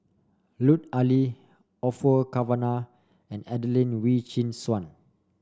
Lut Ali Orfeur Cavenagh and Adelene Wee Chin Suan